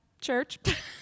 Church